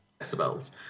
decibels